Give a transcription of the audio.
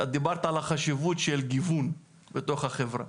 דיברת על החשיבות של גיוון בתוך החברה,